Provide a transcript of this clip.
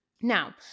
Now